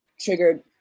Triggered